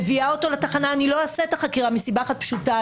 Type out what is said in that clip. אני מביאה אותו לתחנה ולא אעשה את החקירה מסיבה פשוטה,